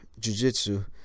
jujitsu